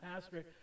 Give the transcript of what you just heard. pastor